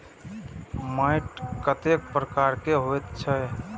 मैंट कतेक प्रकार के होयत छै?